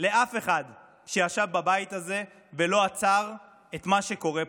לאף אחד שישב בבית הזה ולא עצר את מה שקורה פה.